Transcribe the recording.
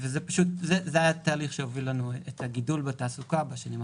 זה התהליך שהוביל אצלנו לגידול בתעסוקה בשנים האחרונות.